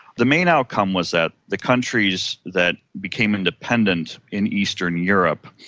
the main outcome was that the countries that became independent in eastern europe,